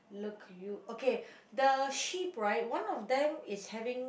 look you okay the sheep right one of them is having